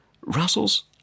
Russell's